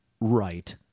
right